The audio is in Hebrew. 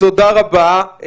תודה רבה.